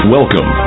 Welcome